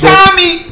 Tommy